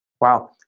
Wow